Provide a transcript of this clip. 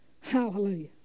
Hallelujah